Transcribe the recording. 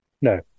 No